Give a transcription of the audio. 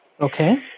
Okay